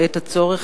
בעת הצורך,